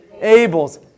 Abel's